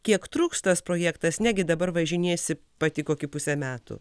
kiek truks tas projektas negi dabar važinėsi pati kokį pusę metų